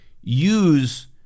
use